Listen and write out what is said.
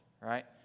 right